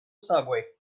subway